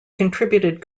contributed